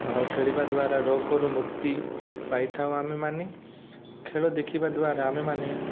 ଆଉ ଖେଳିବା ଦ୍ୱାରା ରୋଗରୁ ମୁକ୍ତି ପାଇଥାଉ ଆମେ ମାନେ ଖେଳ ଦେଖିବା ଦ୍ୱାରା ଆମେ ମାନେ